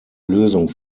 lösung